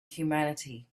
humanity